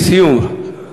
לסיום,